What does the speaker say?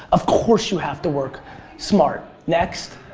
of course you have to work smart. next.